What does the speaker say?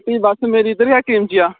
बस मेरी इद्धर हट्टी पर भुज्जी जा